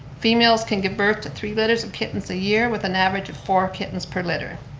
females can give birth to three litters of kittens a year with an average of four kittens per litter